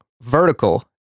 Vertical